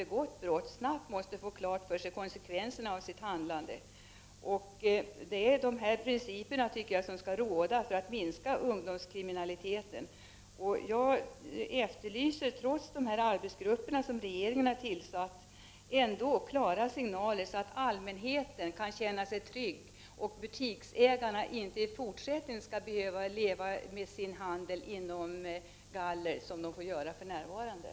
Ett exempel är en familj vars hus skadades vid schaktningsarbeten som utfördes av en anlitad grävmaskinist. Husägarens resp. grävmaskinistens försäkringsbolag har inte kunnat enas om vem som är ersättningsskyldig. Den som drabbas medan bolagen processar är självfallet den enskilde. Detta förhållande är enligt min mening helt oacceptabelt.